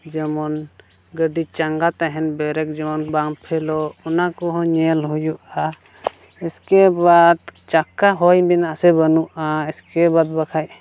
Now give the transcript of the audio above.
ᱡᱮᱢᱚᱱ ᱜᱟᱹᱰᱤ ᱪᱟᱝᱜᱟ ᱛᱟᱦᱮᱱ ᱵᱮᱨᱮᱠ ᱡᱚᱦᱚᱜ ᱵᱟᱝ ᱯᱷᱮᱞᱚᱜ ᱚᱱᱟ ᱠᱚᱦᱚᱸ ᱧᱮᱞ ᱦᱩᱭᱩᱜᱼᱟ ᱩᱥᱠᱮ ᱵᱟᱫ ᱪᱟᱠᱟ ᱦᱚᱭ ᱢᱮᱱᱟᱜᱼᱟ ᱥᱮ ᱵᱟᱹᱱᱩᱜᱼᱟ ᱩᱥᱠᱮ ᱵᱟᱫ ᱵᱟᱠᱷᱟᱡ